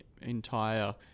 entire